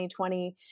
2020